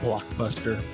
Blockbuster